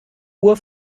uhr